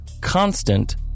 constant